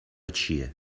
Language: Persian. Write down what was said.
چیه